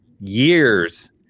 years